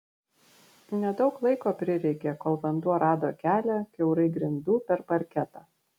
nedaug laiko prireikė kol vanduo rado kelią kiaurai grindų per parketą